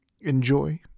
enjoy